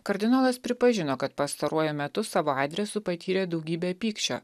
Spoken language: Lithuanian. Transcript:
kardinolas pripažino kad pastaruoju metu savo adresu patyrė daugybę pykčio